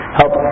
help